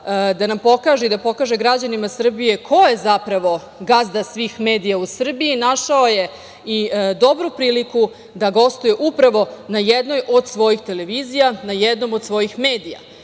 i da pokaže građanima Srbije ko je zapravo gazda svih medija u Srbiji, našao je i dobru priliku da gostuje upravo na jednoj od svojih televizija, na jednom od svojih medija